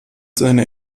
seine